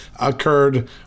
occurred